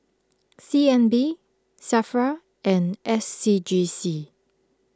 C N B Safra and S C G C